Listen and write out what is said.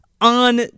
On